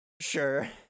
Sure